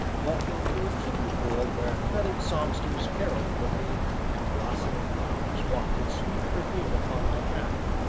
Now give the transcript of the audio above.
walking through a tribute world where feathered songsters carolled for me and blossoming flowers wafted sweet perfume upon my path.